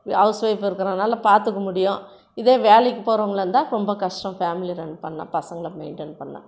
house wife இருக்கிறனால பார்த்துக்க முடியும் இதே வேலைக்கு போகிறவங்களா இருந்தால் ரொம்ப கஷ்டம் ஃபேமிலி ரன் பண்ண பசங்களை மெயின்டென் பண்ண